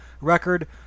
record